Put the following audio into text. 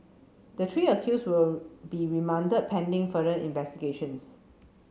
the three accused will be remanded pending further investigations